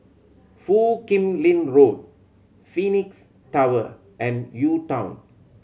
Foo Kim Lin Road Phoenix Tower and UTown